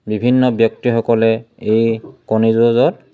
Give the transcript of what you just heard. বিভিন্ন ব্যক্তিসকলে এই কণীযুঁজত